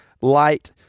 light